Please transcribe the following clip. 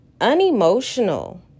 unemotional